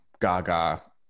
Gaga